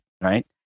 right